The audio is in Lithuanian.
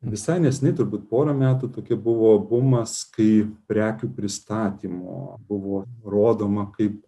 visai neseniai turbūt porą metų tokie buvo bumas kai prekių pristatymo buvo rodoma kaip